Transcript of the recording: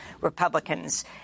Republicans